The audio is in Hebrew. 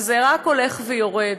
וזה רק הולך ויורד,